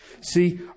See